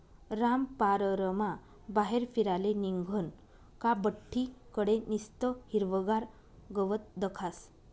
रामपाररमा बाहेर फिराले निंघनं का बठ्ठी कडे निस्तं हिरवंगार गवत दखास